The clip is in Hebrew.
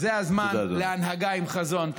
זה הזמן להנהגה עם חזון.